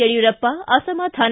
ಯಡ್ಯೂರಪ್ಪ ಅಸಮಾಧಾನ